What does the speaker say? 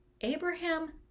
Abraham